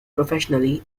professionally